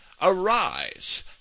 Arise